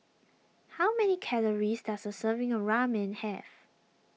how many calories does a serving of Ramen have